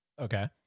Okay